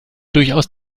durchaus